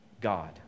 God